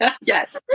Yes